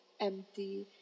empty